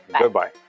Goodbye